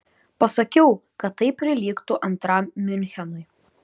pasakiau kad tai prilygtų antram miunchenui